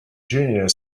junior